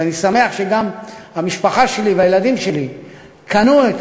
ואני שמח שגם המשפחה שלי והילדים שלי קנו את